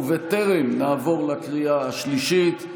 ובטרם נעבור לקריאה השלישית,